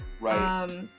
Right